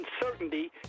uncertainty